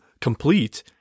complete